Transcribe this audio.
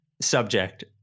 subject